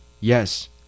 Yes